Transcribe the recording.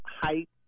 height